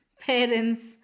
parents